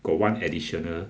got one additional